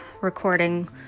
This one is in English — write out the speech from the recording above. recording